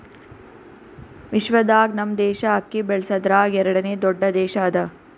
ವಿಶ್ವದಾಗ್ ನಮ್ ದೇಶ ಅಕ್ಕಿ ಬೆಳಸದ್ರಾಗ್ ಎರಡನೇ ದೊಡ್ಡ ದೇಶ ಅದಾ